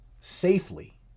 safely